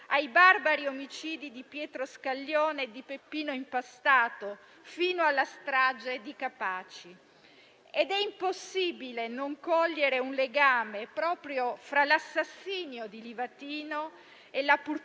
ai barbari omicidi di Pietro Scaglione e di Peppino Impastato, fino alla strage di Capaci. È impossibile non cogliere un legame proprio fra l'assassinio di Livatino e la purtroppo